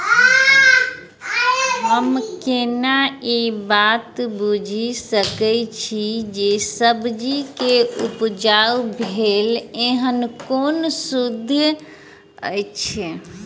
हम केना ए बात बुझी सकैत छी जे सब्जी जे उपजाउ भेल एहन ओ सुद्ध अछि?